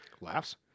Laughs